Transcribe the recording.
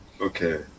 Okay